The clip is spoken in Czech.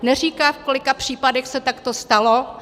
Neříká, v kolika případech se takto stalo.